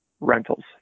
rentals